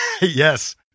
yes